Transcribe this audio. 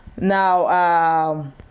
now